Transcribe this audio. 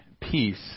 peace